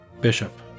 Bishop